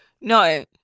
No